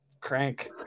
crank